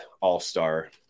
all-star